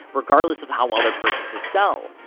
regardless of how well their purchases sell.